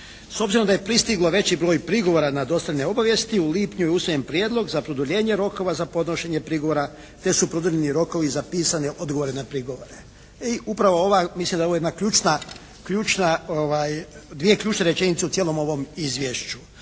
S obzirom da je pristiglo veći broj prigovora na dostavljene obavijesti u lipnju je usvojen prijedlog za produljenje rokova za podnošenje prigovora te su produljeni rokovi za pisane odgovore na prigovore. I upravo ova, mislim da je ovo jedna ključna, ključna, dvije ključne rečenice u cijelom ovom izvješću.